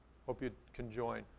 hope you can join.